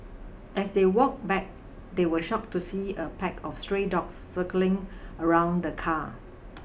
as they walked back they were shocked to see a pack of stray dogs circling around the car